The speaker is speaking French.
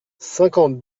cinquante